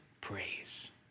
praise